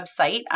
website